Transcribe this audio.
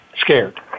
scared